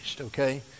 Okay